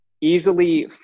easily